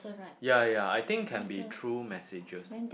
ya ya I think can be through messages